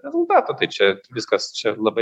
rezultatą tai čia viskas čia labai